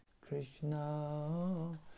Krishna